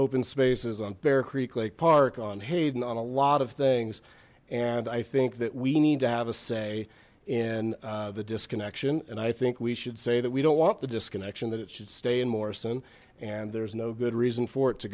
open spaces on bear creek lake park on hayden on a lot of things and i think that we need to have a say in the disconnection and i think we should say that we don't want the disconnection that it should stay in morrison and there's no good reason for it to